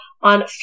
on